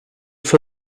for